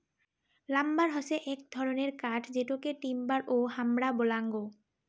lumber হসে এক ধরণের কাঠ যেটোকে টিম্বার ও হামরা বলাঙ্গ